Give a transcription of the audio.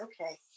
okay